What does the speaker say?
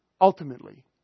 Ultimately